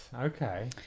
okay